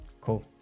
cool